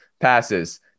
passes